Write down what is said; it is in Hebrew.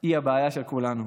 היא הבעיה של כולנו.